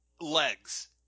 legs